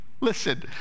listen